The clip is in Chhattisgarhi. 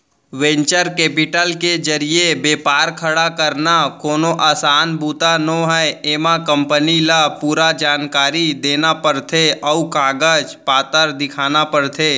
वेंचर केपिटल के जरिए बेपार खड़ा करना कोनो असान बूता नोहय एमा कंपनी ल पूरा जानकारी देना परथे अउ कागज पतर दिखाना परथे